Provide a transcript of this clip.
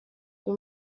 uyu